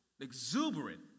exuberant